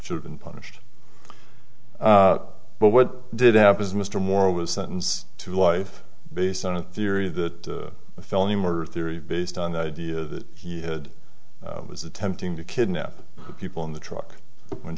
should have been punished but what did happen is mr moore was sentenced to life based on a theory that the felony murder theory based on the idea that he had was attempting to kidnap people in the truck